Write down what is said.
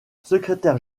secrétaire